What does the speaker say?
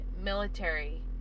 military